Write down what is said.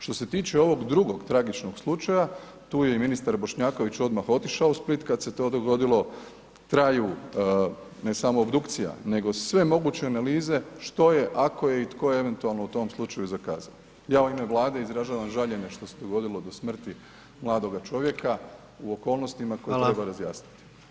Što se tiče ovog drugog tragičnog slučaja, tu je i ministar Bošnjaković odmah otišao u Split kad se to dogodilo, traju ne samo obdukcija nego sve moguće analize što je, ako je i tko je eventualno u tom slučaju zakazao, ja u ime Vlade izražavam žaljenje što se dogodilo do smrti mladoga čovjeka u okolnostima koje treba razjasniti.